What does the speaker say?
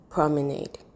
Promenade